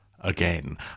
again